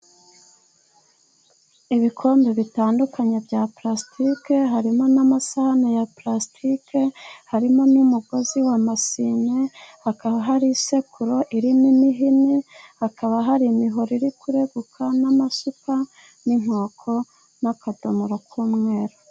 Ibikombe bitandukanye bya parastike, harimo n'amasahani ya parastike, harimo n'umugozi wa masine, hakaba hari isekuru irimo imihinne, hakaba hari imihoro iri kureguka, n'amasuka n'inkoko n'akadomoro k'umweru.